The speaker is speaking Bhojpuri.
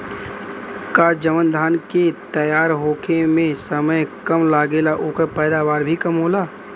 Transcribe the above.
का जवन धान के तैयार होखे में समय कम लागेला ओकर पैदवार भी कम होला?